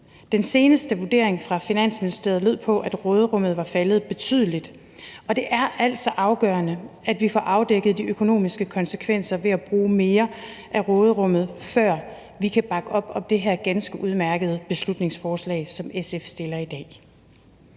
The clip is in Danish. Den seneste vurdering fra Finansministeriet lød på, at råderummet var faldet betydeligt, og det er altså afgørende, at vi får afdækket de økonomiske konsekvenser ved at bruge mere af råderummet, før vi kan bakke op om det her ganske udmærkede beslutningsforslag, som SF har fremsat.